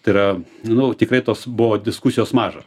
tai yra nu tikrai tos buvo diskusijos maža